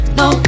no